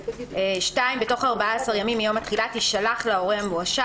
"(2)בתוך 14 ימים מיום התחילה תישלח להורה המואשם